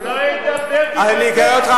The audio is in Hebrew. הוא לא ידבר דברי בלע.